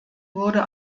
wurde